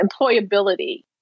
employability